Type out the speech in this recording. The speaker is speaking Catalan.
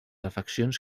afeccions